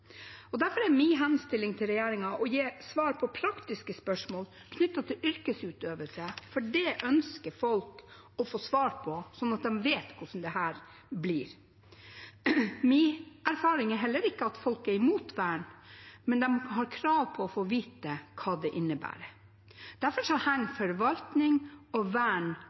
Derfor er min henstilling til regjeringen å gi svar på praktiske spørsmål knyttet til yrkesutøvelse, for det ønsker folk å få svar på, sånn at de vet hvordan dette blir. Min erfaring er heller ikke at folk er imot vern, men de har krav på å få vite hva det innebærer. Derfor henger forvaltning og vern